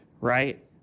right